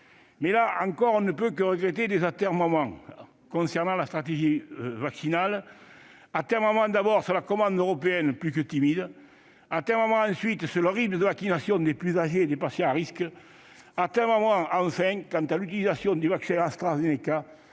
là encore, on ne peut que regretter les atermoiements concernant la stratégie vaccinale. Atermoiements, d'abord, sur la commande européenne, plus que timide. Atermoiements, ensuite, sur le rythme de vaccination des plus âgés et des patients à risque. Atermoiements, enfin, quant à l'utilisation du vaccin AstraZeneca